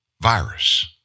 virus